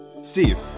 Steve